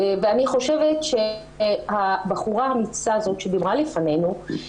אני חושבת שהבחורה האמיצה הזאת שדיברה לפנינו,